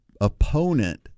opponent